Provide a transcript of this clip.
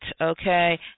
okay